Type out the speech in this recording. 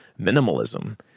minimalism